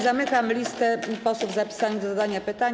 Zamykam listę posłów zapisanych do zadania pytania.